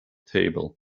table